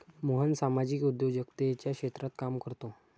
मोहन सामाजिक उद्योजकतेच्या क्षेत्रात काम करतो